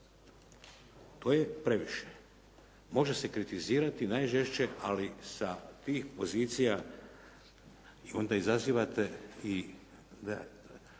To je previše. Može se kritizirati najžešće ali sa tih pozicija onda izazivate i